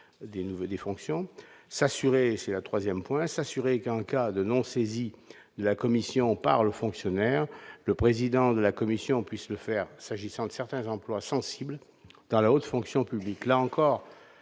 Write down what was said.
des fonctions s'assurer, c'est la 3ème point s'assurer qu'en cas de non saisi la commission par le fonctionnaire, le président de la commission puissent le faire, s'agissant de certains employes sensibles dans la haute fonction publique, là encore,